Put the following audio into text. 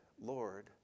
Lord